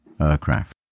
aircraft